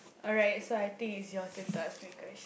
alright so I think it's your turn to ask me question